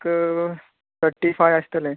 एक थटी फाय आसतलें